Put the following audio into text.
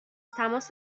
تماس